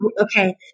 Okay